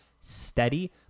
steady